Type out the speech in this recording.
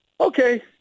okay